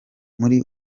muri